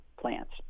plants